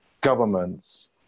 governments